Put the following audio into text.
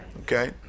Okay